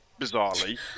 bizarrely